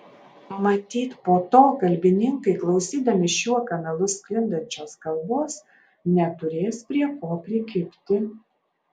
matyt po to kalbininkai klausydami šiuo kanalu sklindančios kalbos neturės prie ko prikibti